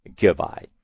Goodbye